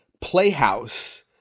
playhouse